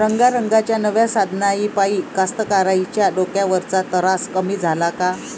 रंगारंगाच्या नव्या साधनाइपाई कास्तकाराइच्या डोक्यावरचा तरास कमी झाला का?